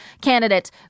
candidates